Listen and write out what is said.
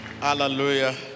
Hallelujah